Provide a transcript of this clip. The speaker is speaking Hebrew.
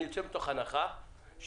אני יוצא מנקודת הנחה שאתה,